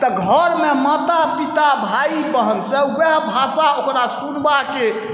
तऽ घरमे माता पिता भाइ बहिनसँ वएह भाषा ओकरा सुनबाके